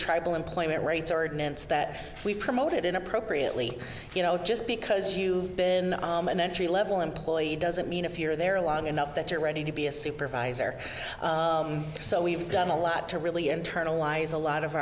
tribal employment rights ordinance that we promote it in appropriately you know just because you've been an entry level employee doesn't mean if you're there long enough that you're ready to be a supervisor so we've done a lot to really internalize a lot of